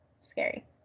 Scary